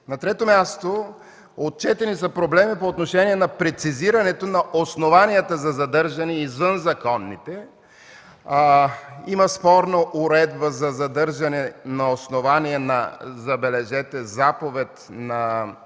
На трето място, отчетени са проблеми по отношение на прецизирането на основанията за задържане извън законните. Има спорна уредба за задържане на основание на, забележете, заповед на